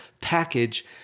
package